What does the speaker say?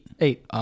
Eight